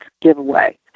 giveaway